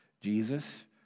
Jesus